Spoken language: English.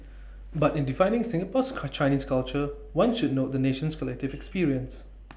but in defining Singapore's cut Chinese culture one should note the nation's collective experience